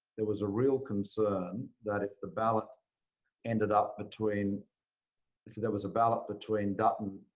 there was a real concern that if the ballot ended up between if there was a ballot between dutton,